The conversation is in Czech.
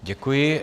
Děkuji.